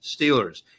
Steelers